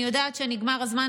אני יודעת שנגמר הזמן,